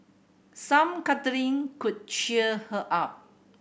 some cuddling could cheer her up